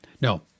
No